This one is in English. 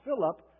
Philip